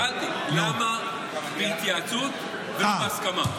שאלתי, למה בהתייעצות ולא בהסכמה?